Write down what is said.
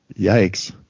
yikes